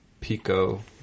Pico